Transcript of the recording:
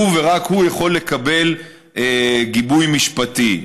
שהוא ורק הוא יכול לקבל גיבוי משפטי.